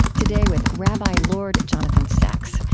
today with rabbi lord jonathan sacks,